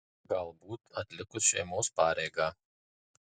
galbūt atlikus šeimos pareigą